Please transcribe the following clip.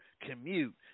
commute